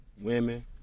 women